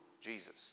Jesus